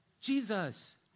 Jesus